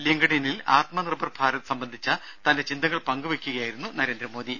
linked in ൽ ആത്മനിർഭർ ഭാരത് സംബന്ധിച്ച തന്റെ ചിന്തകൾ പങ്കുവെയ്ക്കുകയായിരുന്നു നരേന്ദ്രമോദി